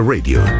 Radio